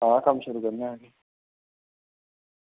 हां कम्म शुरू करने आं फ्ही